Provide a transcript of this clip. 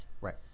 right